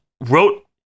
wrote